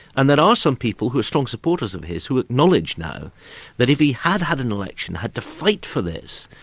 and there are some people who are strong supporters of his, who acknowledge now that if he had had an election, had to fight for this,